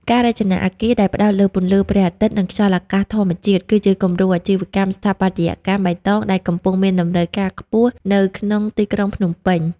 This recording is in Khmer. ការរចនាអគារដែលផ្ដោតលើពន្លឺព្រះអាទិត្យ និងខ្យល់អាកាសធម្មជាតិ គឺជាគំរូអាជីវកម្មស្ថាបត្យកម្មបៃតងដែលកំពុងមានតម្រូវការខ្ពស់នៅក្នុងទីក្រុងភ្នំពេញ។